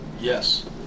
Yes